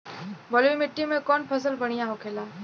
बलुई मिट्टी में कौन फसल बढ़ियां होखे ला?